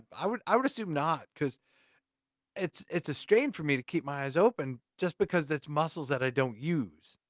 i would i would assume not. cause it's it's a strain for me to keep my eyes open, just because it's muscles that i don't use.